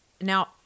now